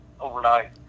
overnight